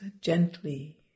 gently